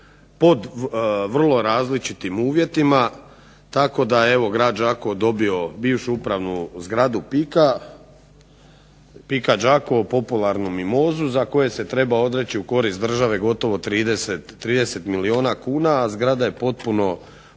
pod vrlo različitim uvjetima, tako da je grad Đakovo dobio bivšu upravnu zgradu PIK-a Đakovo popularnu Mimozu koje se treba odreći u korist države gotovo 30 milijuna kuna, a zgrada je potpuno